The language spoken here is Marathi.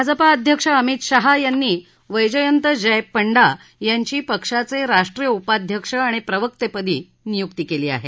भाजपा अध्यक्ष अमित शहा यांनी वैजयंत जय पंडा यांची पक्षाचे राष्ट्रीय उपाध्यक्ष आणि प्रवक्तेपदी नियुक्ती केली आहे